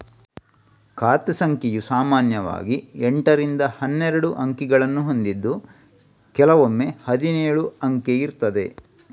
ಖಾತೆ ಸಂಖ್ಯೆಯು ಸಾಮಾನ್ಯವಾಗಿ ಎಂಟರಿಂದ ಹನ್ನೆರಡು ಅಂಕಿಗಳನ್ನ ಹೊಂದಿದ್ದು ಕೆಲವೊಮ್ಮೆ ಹದಿನೇಳು ಅಂಕೆ ಇರ್ತದೆ